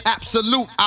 Absolute